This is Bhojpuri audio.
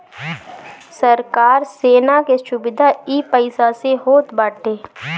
सरकार सेना के सुविधा इ पईसा से होत बाटे